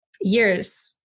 years